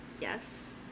Yes